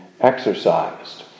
exercised